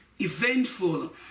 eventful